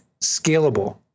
scalable